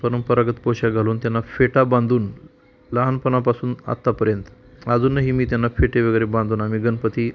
परंपरागत पोशाख घालून त्यांना फेटा बांधून लहानपणापासून आत्तापर्यंत अजूनही मी त्यांना फेटे वगैरे बांधून आम्ही गणपती